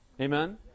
Amen